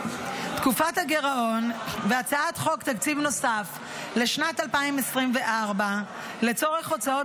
"תקרת הגירעון והצעת חוק תקציב נוסף לשנת 2024 --- לצורך הוצאות